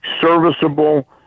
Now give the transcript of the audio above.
serviceable